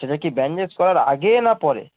সেটা কি ব্যান্ডেজ করার আগে না পরে